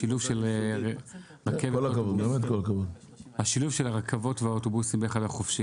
השילוב של הרכבות והאוטובוסים בחופשי,